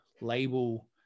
label